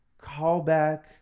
callback